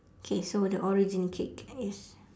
K so the origin cake is